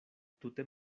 tute